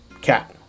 cat